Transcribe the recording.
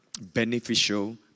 beneficial